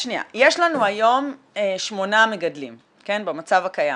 יש לנו היום שמונה מגדלים במצב הקיים,